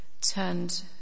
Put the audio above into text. turned